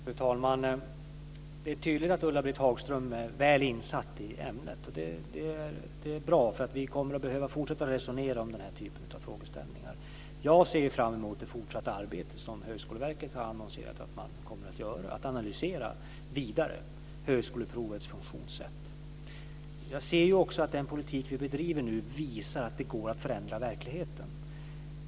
Fru talman! Det är tydligt att Ulla-Britt Hagström är väl insatt i ämnet. Det är bra. Vi kommer att fortsätta att behöva resonera om den här typen av frågeställningar. Jag ser fram emot det fortsatta arbete som Högskoleverket har annonserat att man kommer att göra. Man kommer att analysera högskoleprovets funktionssätt vidare. Jag ser också att den politik vi nu bedriver visar att det går att förändra verkligheten.